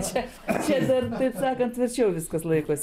čia čia dar taip sakant va čia jau viskas laikosi